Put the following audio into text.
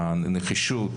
נחישות